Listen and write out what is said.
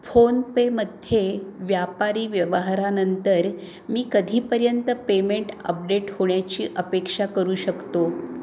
फोनपेमध्ये व्यापारी व्यवहारानंतर मी कधीपर्यंत पेमेंट अपडेट होण्याची अपेक्षा करू शकतो